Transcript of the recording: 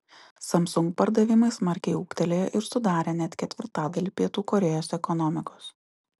samsung pardavimai smarkiai ūgtelėjo ir sudarė net ketvirtadalį pietų korėjos ekonomikos